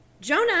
Jonah